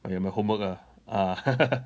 my um homework ah ah